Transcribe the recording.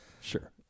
Sure